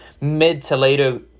mid-to-later